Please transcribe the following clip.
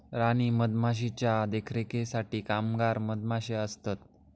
राणी मधमाशीच्या देखरेखीसाठी कामगार मधमाशे असतत